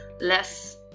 less